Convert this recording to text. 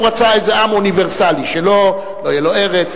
הוא רצה איזה עם אוניברסלי שלא יהיה לו ארץ,